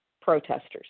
protesters